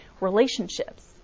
relationships